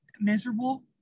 miserable